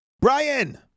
Brian